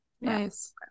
Nice